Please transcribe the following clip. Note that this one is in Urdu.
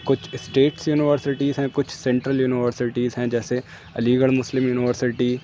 کچھ اسٹیٹس یونیورسٹیز ہیں کچھ سینٹرل یونیورسٹیز ہیں جیسے علی گڑھ مسلم یونیورسٹی